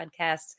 podcasts